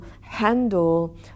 handle